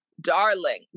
darling